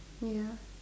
ya